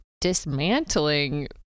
dismantling